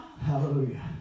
Hallelujah